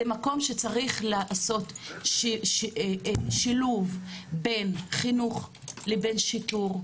זה מקום שצריך לעשות שילוב בין חינוך לבין שיטור,